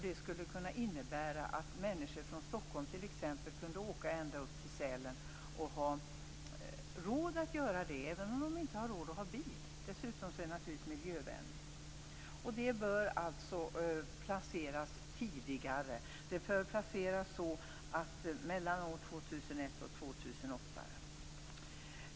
Det skulle kunna innebära att människor från Stockholm t.ex. kunde åka ända upp till Sälen, och ha råd att göra det även om de inte har råd att ha bil. Dessutom är det naturligtvis miljövänligt. Det bör alltså placeras tidigare, mellan år 2001 och 2008.